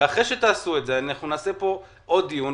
ואחרי שתעשו את זה, אנחנו נקיים פה עוד דיון.